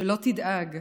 שלא תדאג,